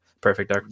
perfect